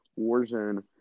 Warzone